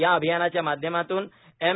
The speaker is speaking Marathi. या अभियानाच्या माध्यमातून एम